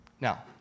Now